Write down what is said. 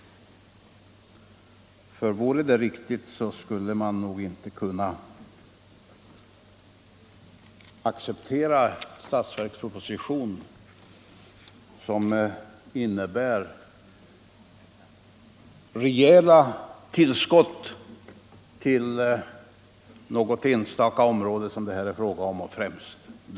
Vore det riktigt skulle man nog inte kunna acceptera en statsverksproposition som innebär rejäla tillskott till något enstaka område och då främst till u-hjälpen.